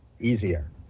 easier